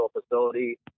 facility